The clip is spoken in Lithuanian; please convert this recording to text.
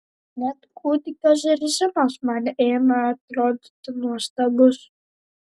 net kūdikio zirzimas man ėmė atrodyti nuostabus